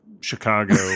chicago